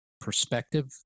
perspective